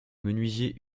menuisiers